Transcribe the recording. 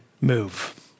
move